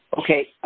Okay